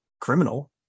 criminal